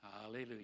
Hallelujah